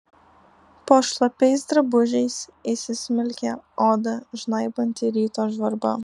po šlapiais drabužiais įsismelkė odą žnaibanti ryto žvarba